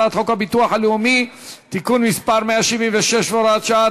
הצעת חוק הביטוח הלאומי (תיקון מס' 176 והוראת שעה),